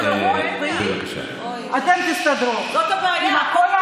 וממילא לא יכול להיות דבר שיכול לעשות את השינוי